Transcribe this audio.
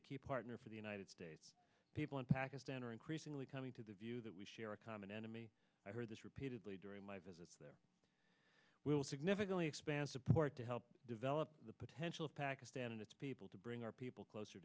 a key partner for the united states people in pakistan are increasingly coming to the view that we share a common enemy i heard this repeatedly during my visit will significantly expand support to help develop the potential of pakistan and its people to bring our people closer